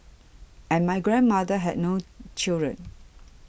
and my grandmother had no children